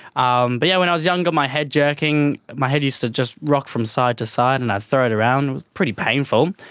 um but yeah when i was younger, my head jerking, my head used to just rock from side to side and i'd throw it around, it was pretty painful,